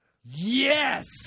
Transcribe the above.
Yes